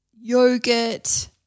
yogurt